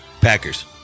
Packers